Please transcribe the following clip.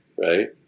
right